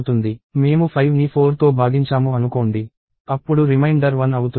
మేము 5ని 4తో భాగించాము అనుకోండి అప్పుడు రిమైండర్ 1 అవుతుంది